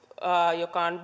joka on